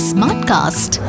Smartcast